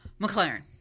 McLaren